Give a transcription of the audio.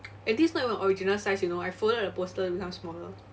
and this is not even the original size you know I folded the poster to become smaller